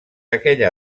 aquella